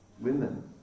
women